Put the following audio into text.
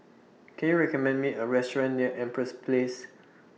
Can YOU recommend Me A Restaurant near Empress Place